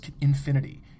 Infinity